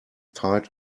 tight